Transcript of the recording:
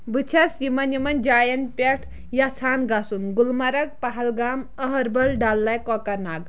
بہٕ چھَس یِمَن یِمَن جاین پٮ۪ٹھ یژھان گژھُن گُلمرگ پہلگام أہربَل ڈل لیک کۄکَر ناگ